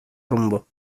rumbo